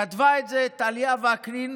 כתבה את זה טליה וקנין